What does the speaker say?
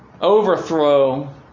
overthrow